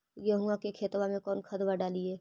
गेहुआ के खेतवा में कौन खदबा डालिए?